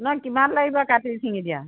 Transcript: নহয় কিমান লাগিব কাটি ছিঙি দিয়া